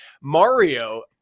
Mario